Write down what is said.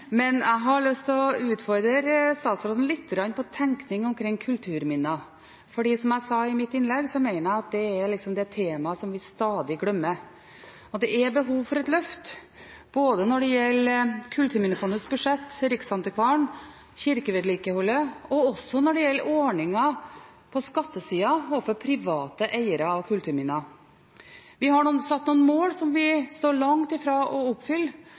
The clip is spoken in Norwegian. Men jeg har lyst til å utfordre statsråden litt på tenkning rundt kulturminner. Som jeg sa i mitt innlegg, mener jeg at det er det temaet som vi stadig glemmer. Det er behov for et løft, både når det gjelder Kulturminnefondets budsjett, Riksantikvaren, kirkevedlikeholdet og også når det gjelder ordninger på skattesida overfor private eiere av kulturminner. Vi har satt oss noen mål som vi er langt ifra å oppfylle,